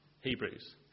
Hebrews